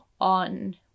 on